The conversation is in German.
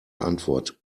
antwort